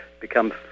become